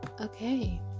Okay